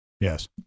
Yes